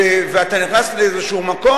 ואתה נכנס לאיזה מקום,